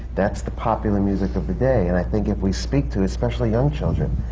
that's the popular music of the day. and i think if we speak to especially young children.